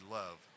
love